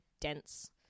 dense